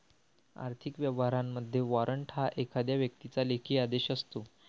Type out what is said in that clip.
आर्थिक व्यवहारांमध्ये, वॉरंट हा एखाद्या व्यक्तीचा लेखी आदेश असतो